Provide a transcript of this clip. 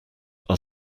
are